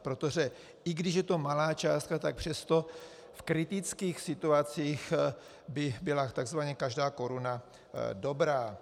Protože i když je to malá částka, tak přesto v kritických situacích by byla takzvaně každá koruna dobrá.